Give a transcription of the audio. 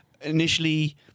initially